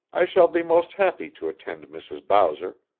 i shall be most happy to attend mrs. bowser,